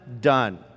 done